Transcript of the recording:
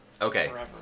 Okay